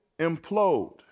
implode